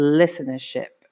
listenership